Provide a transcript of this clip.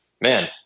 man